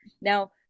Now